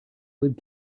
would